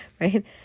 right